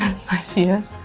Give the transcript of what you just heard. spiciest